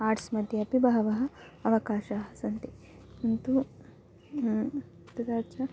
arts मध्ये अपि बहवः अवकाशाः सन्ति किन्तु तथा च